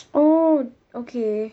oh okay